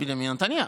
בנימין נתניהו.